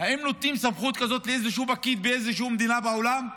אם נותנים סמכות כזאת לאיזה פקיד באיזו מדינה בעולם,